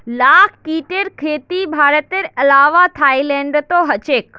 लाख कीटेर खेती भारतेर अलावा थाईलैंडतो ह छेक